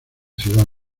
ciudad